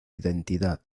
identidad